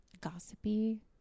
gossipy